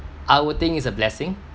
I would think it's a blessing